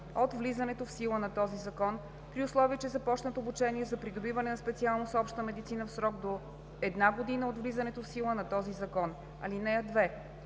от влизането в сила на този закон, при условие че започнат обучение за придобиване на специалност „Обща медицина" в срок до една година от влизането в сила на този закон. (2)